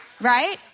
Right